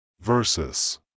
versus